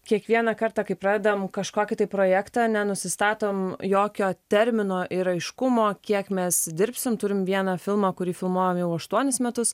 kiekvieną kartą kai pradedam kažkokį tai projektą nenusistatom jokio termino ir aiškumo kiek mes dirbsim turim vieną filmą kurį filmuojam jau aštuonis metus